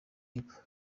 y’epfo